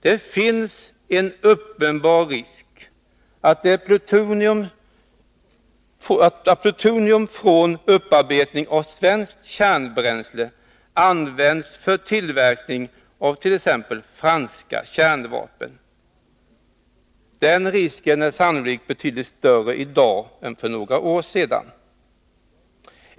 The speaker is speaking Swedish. Det finns en uppenbar risk för att plutonium från upparbetning av svenskt kärnbränsle används för tillverkning av t.ex. franska kärnvapen. Den risken är sannolikt betydligt större i dag än för några år sedan.